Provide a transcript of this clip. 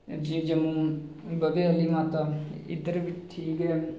जि'यां जम्मू बाह्वे आह्ली माता इद्धर बी ठीक ऐ